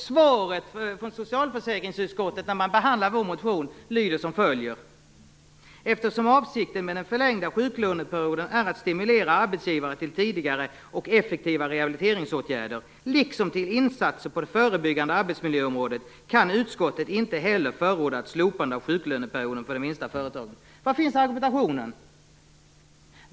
Svaret från socialförsäkringsutskottet vid behandlingen av vår motion har följande lydelse: "Eftersom avsikten med den förlängda sjuklöneperioden är att stimulera arbetsgivare till tidigare och effektiva rehabiliteringsåtgärder liksom till insatser på det förebyggande arbetsmiljöområdet, kan utskottet inte heller förorda ett slopande av sjuklöneperioden för de minsta företagen." Var finns argumentationen?